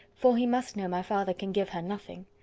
for he must know my father can give her nothing.